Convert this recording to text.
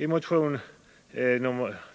I motionen